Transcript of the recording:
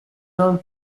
non